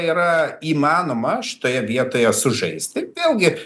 yra įmanoma šitoje vietoje sužais tik vėlgi